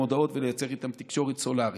הודעות ולייצור איתם תקשורת סלולרית.